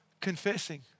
confessing